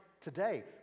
today